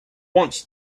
wants